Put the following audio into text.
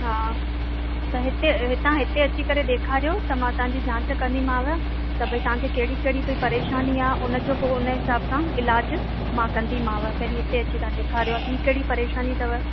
हा त हिते अची हिते अची करे ॾेखारियो त मां तव्हां जी जांच कंदीमांव त भई तव्हांखे कहिड़ी कहिड़ी परेशानी आहे उन जो पोइ उन हिसाब सां इलाजु मां कंदीमांव पहिरीं हिते अची तव्हां ॾेखारियो हा ॿी कहिड़ी परेशानी अथव